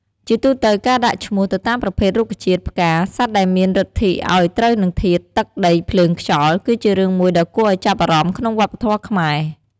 ជាទូទៅកាដាក់ឈ្មោះ ទៅតាមប្រភេទរុក្ខជាតិ ផ្កា សត្វដែលមានឫទ្ធិអោយត្រូវនឹងធាតុ ទឹក ដី ភ្លើង ខ្យល់ គឺជារឿងមួយដ៏គួរឲ្យចាប់អារម្មណ៍ក្នុងវប្បធម៌ខ្មែរ។